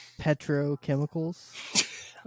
Petrochemicals